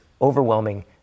overwhelming